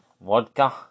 Vodka